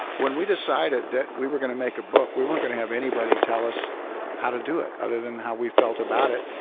when we decided that we were going to make a book, we weren't going to have anybody tell us how to do it, other than how we felt about it.